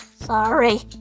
Sorry